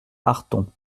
arthon